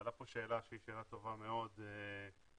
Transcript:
נשאלה כאן שאלה טובה מאוד בהתחלה,